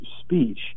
speech